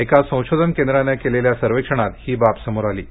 एका संशोधन केंद्रानं केलेल्या सर्वेक्षणात ही बाब समोर आली आहे